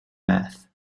math